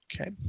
Okay